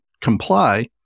comply